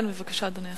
כן, בבקשה, אדוני השר.